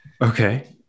okay